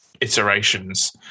iterations